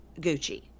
Gucci